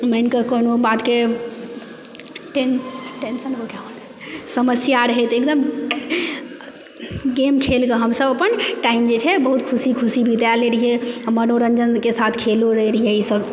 मानि कऽ कोनो बातके टेन टेंसन समस्या रहै तऽ एकदम गेम खेल कऽ हमसभ अपन टाइम जे छै बहुत खुशी खुशी बितै लइ रहियै आ मनोरञ्जनके साथ खेलो रहै रहियै ई सभ